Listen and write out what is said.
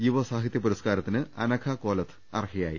യുവ സാഹിത്യ പുരസ്കാരത്തിന് അനഘ കോലത്ത് അർഹയായി